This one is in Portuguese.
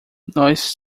nós